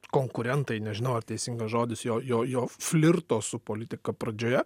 konkurentai nežinau ar teisingas žodis jo jo jo flirto su politika pradžioje